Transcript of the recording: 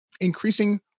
increasing